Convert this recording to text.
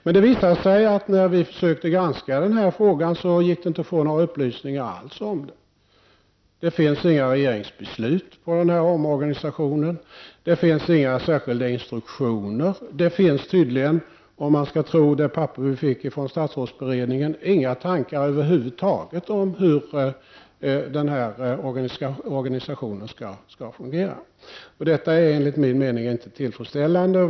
När vi skulle granska den här frågan visade det sig emellertid att det inte gick att få några upplysningar alls. Det finns inget regeringsbeslut om den här omorganisationen. Det finns inga särskilda instruktioner. Det finns tydligen — om man skall tro ett papper vi fick från statsrådsberedningen — inga tankar över huvud taget om hur organisationen skall fungera. Detta är enligt min mening inte tillfredsställande.